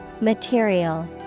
Material